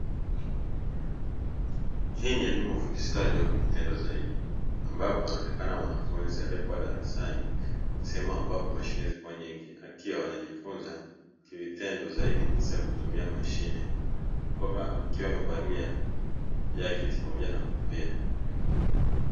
Hii ni elimu ya ufundi stadi wa kivitendo zaidi, ambapo anaonekana mwanafunzi aliyekuwa darasani, sehemu ambapo mashine zipo nyingi akiwa anajifunza kivitendo zaidi jinsi ya kutumia mashine kwamba akiwa amevalia jaketi pamoja na kofia.